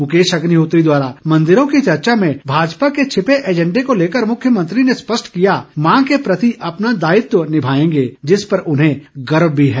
मुकेश अग्निहोत्री द्वारा मंदिरों को चर्चा में भाजपा के छिपे एजेंडे को लेकर मुख्यमंत्री ने स्पष्ट किया कि माँ के प्रति अपना दायित्व निभाएंगे जिस पर उन्हें गर्व भी है